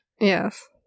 Yes